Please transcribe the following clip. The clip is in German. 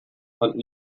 fanden